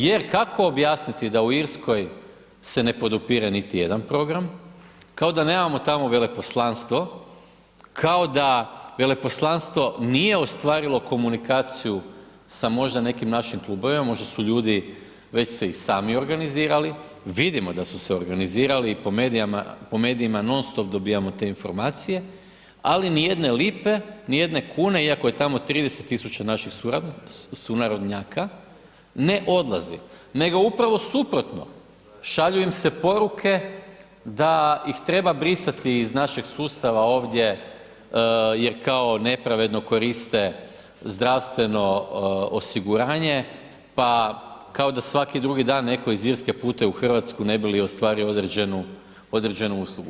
Jer kako objasniti da u Irskoj se ne podupire niti jedan program, kao da nemamo tamo veleposlanstvo, kao da veleposlanstvo nije ostvarilo komunikaciju sa možda nekim našim klubovima, možda su ljudi već se i sami organizirali, vidimo da su se organizirali i po medijima non stop dobivamo te informacije ali niti jedne lipe, niti jedne kune iako je tamo 30 tisuća naših sunarodnjaka ne odlazi nego upravo suprotno, šalju im se poruke da ih treba brisati iz našeg sustava ovdje jer kao nepravedno koriste zdravstveno osiguranje pa kao da svaki drugi dan netko iz Irske putuje u Hrvatsku ne bi li ostvario određenu uslugu.